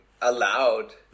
allowed